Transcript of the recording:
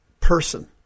person